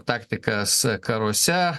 taktikas karuose